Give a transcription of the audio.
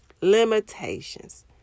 limitations